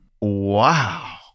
Wow